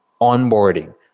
Onboarding